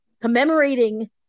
commemorating